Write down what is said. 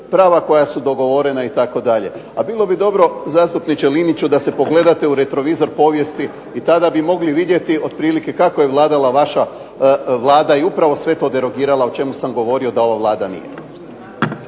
prava koja su dogovorena itd., a bilo bi dobro zastupniče Liniću da se pogledate u retrovizor povijesti i tada bi mogli vidjeti otprilike kako je vladala vaša Vlada i upravo sve to derogirala o čemu sam govorio da ova Vlada nije.